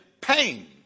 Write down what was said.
pain